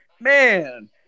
man